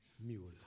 mule